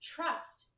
Trust